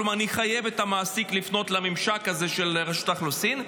כלומר נחייב את המעסיק לפנות לממשק הזה של רשות האוכלוסין,